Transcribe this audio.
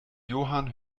johann